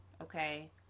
okay